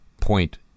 point